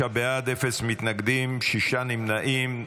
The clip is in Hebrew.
35 בעד, אפס מתנגדים, שישה נמנעים.